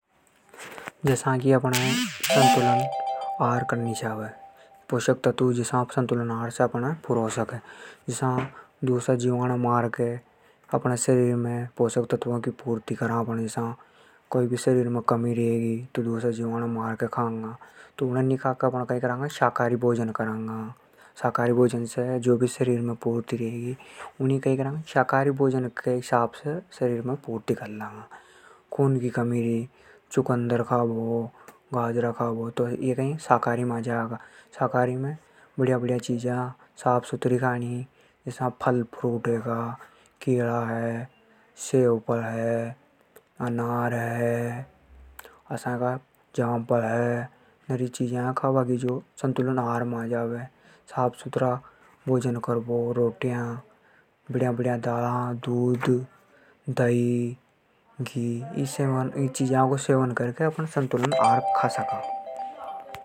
जसा की अपणे संतुलित आहार करनी छावे। पोषक तत्व अपने संतुलित आहार से पूरा हो सके। मांसाहार की जाग ने शाकाहारी भोजन करणी छावे। शाकाहारी भोजन से कई के शरीर में जो भी। कमी रेवे पोषक तत्व की वा पूरी हों जावे। चुकंदर, गाजर असा की चीजा खाबा शरीर में काफी फायदों मले। ओर भी फल फ्रूट हे जिसे अपने संतुलित आहार मले। दूध दही घी जैसी चीजा से शरीर हे ताजगी मले।